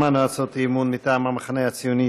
שמענו הצעות אי-אמון מטעם המחנה הציוני,